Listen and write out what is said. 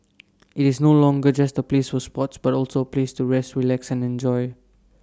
IT is no longer just A place for sports but also A place to rest relax and enjoy